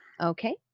Okay